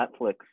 netflix